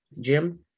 Jim